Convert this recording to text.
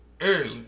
early